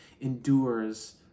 endures